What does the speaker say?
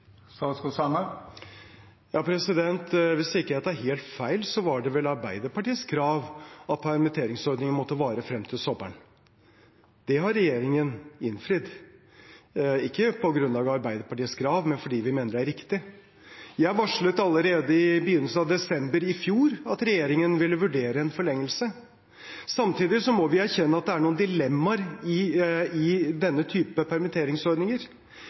Hvis jeg ikke tar helt feil, var det vel Arbeiderpartiets krav at permitteringsordningen måtte vare frem til sommeren. Det har regjeringen innfridd – ikke på grunn av Arbeiderpartiets krav, men fordi vi mener det er riktig. Jeg varslet allerede i begynnelsen av desember i fjor at regjeringen ville vurdere en forlengelse. Samtidig må vi erkjenne at det er noen dilemmaer i denne type permitteringsordninger.